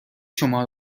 شما